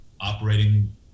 operating